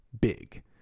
big